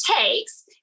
takes